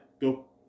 go